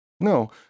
No